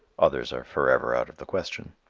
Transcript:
others are forever out of the question.